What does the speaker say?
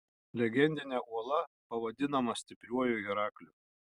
legendinė uola pavadinama stipriuoju herakliu